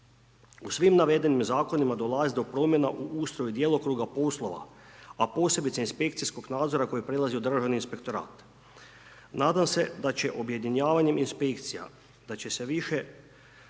U svim navedenim zakonima, dolazi do promjena u ustroj i djelokruga poslova, a posebice inspekcijskog nadzora koji prelazi u državni inspektorat. Nadam se da će objedinjavanjem inspekcija, da se više